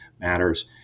matters